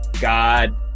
God